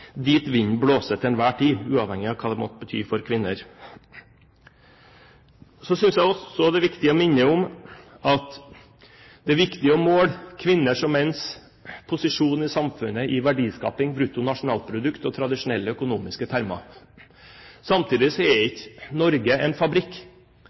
dit vinden blåser til en hver tid, uavhengig av hva det måtte bety for kvinner. Så synes jeg også det er viktig å minne om at det er viktig å måle kvinners og menns posisjon i samfunnet i verdiskaping, bruttonasjonalprodukt og tradisjonelle økonomiske termer. Samtidig er ikke Norge en fabrikk. Norge er